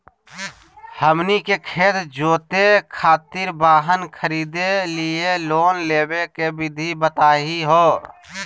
हमनी के खेत जोते खातीर वाहन खरीदे लिये लोन लेवे के विधि बताही हो?